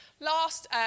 Last